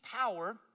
power